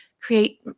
create